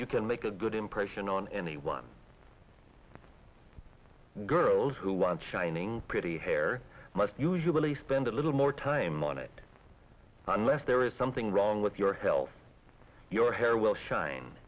you can make a good impression on anyone girls who want shining pretty hair must usually spend a little more time on it unless there is something wrong with your health your hair will shine